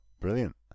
brilliant